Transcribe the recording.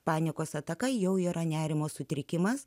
panikos ataka jau yra nerimo sutrikimas